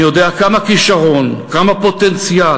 אני יודע כמה כישרון, כמה פוטנציאל,